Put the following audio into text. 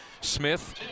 Smith